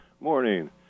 Morning